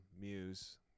muse